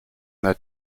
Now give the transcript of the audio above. that